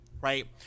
right